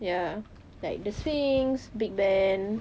ya like the swings big ben